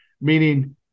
Meaning